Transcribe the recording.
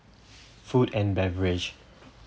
food and beverage